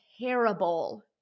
terrible